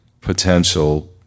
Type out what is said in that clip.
potential